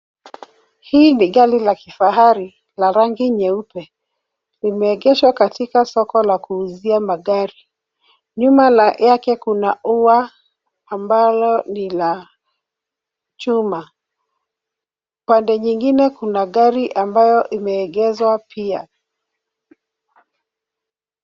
Hii ni gari la kifahari ya rangi nyeupe. Limeegeshwa katika soko la kuuzia magari. Nyuma yake kuna ua ambalo ni la chuma. Pande nyingine kuna gari ambayo imeegezwa pia.